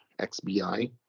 XBI